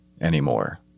anymore